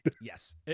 Yes